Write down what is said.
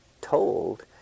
told